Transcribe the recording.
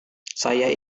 saya